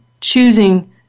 choosing